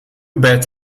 bet